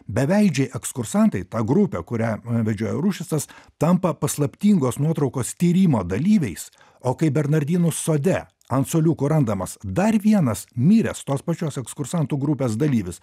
beveidžiai ekskursantai ta grupė kurią a vedžiojo ruščicas tampa paslaptingos nuotraukos tyrimo dalyviais o kaip bernardinų sode ant suoliuko randamas dar vienas miręs tos pačios ekskursantų grupės dalyvis